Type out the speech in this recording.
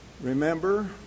Remember